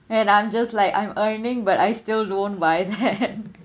and I'm just like I'm earning but I still don't buy that